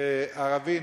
וערבי,